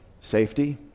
Safety